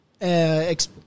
ex